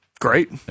great